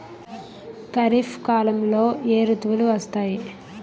ఖరిఫ్ కాలంలో ఏ ఋతువులు వస్తాయి?